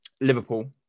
Liverpool